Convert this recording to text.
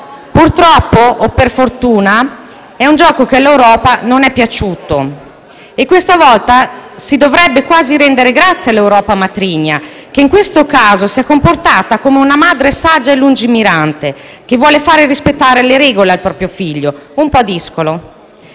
Purtroppo - o per fortuna - è un gioco che all'Europa non è piaciuto. Questa volta si dovrebbe quasi rendere grazie all'Europa matrigna, che in questo caso si è comportata come una madre saggia e lungimirante, che vuole fare rispettare le regole al proprio figlio un po' discolo.